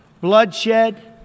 bloodshed